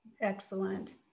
excellent